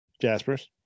Jasper's